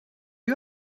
you